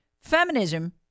feminism